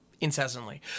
incessantly